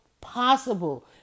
possible